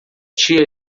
tia